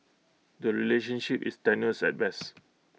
the relationship is tenuous at best